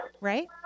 Right